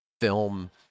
film